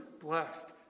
blessed